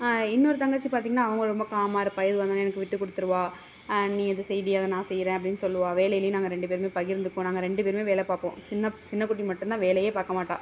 இன்னொரு தங்கச்சி பார்த்தீங்கனா அவங்க ரொம்ப காம்மாக இருப்பாள் எதுவாக இருந்தாலும் எனக்கு விட்டு கொடுத்துருவா நீ இதை செய்டி அதை நான் செய்கிறேன் அப்படினு சொல்லுவாள் வேலைலேயும் நாங்கள் ரெண்டு பேருமே பகிர்ந்துக்குவோம் நாங்கள் ரெண்டு பேருமே வேலை பார்ப்போம் சின்ன சின்னக் குட்டி மட்டும் தான் வேலையே பார்க்க மாட்டாள்